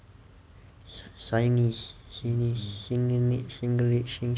chinese sing~ singlish